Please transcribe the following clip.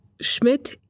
Schmidt